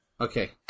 Okay